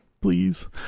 please